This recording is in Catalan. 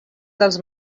dels